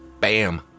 Bam